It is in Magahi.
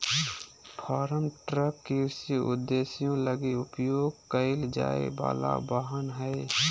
फार्म ट्रक कृषि उद्देश्यों लगी उपयोग कईल जाय वला वाहन हइ